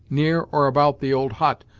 near or about the old hut,